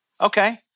Okay